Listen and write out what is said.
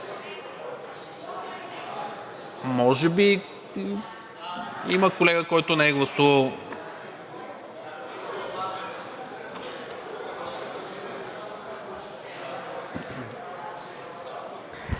Може би има колега, който не е гласувал.